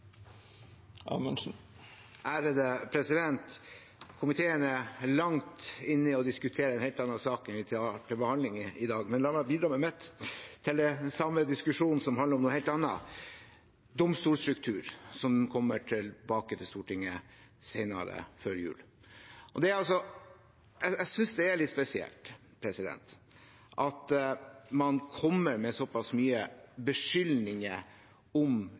Komiteen er langt inne i å diskutere en helt annen sak enn den vi har til behandling i dag, men la meg bidra med mitt i den diskusjonen som handler om noe helt annet – domstolstruktur – som kommer til Stortinget senere, før jul. Jeg synes det er litt spesielt at man kommer med såpass mange beskyldninger om